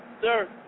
Sir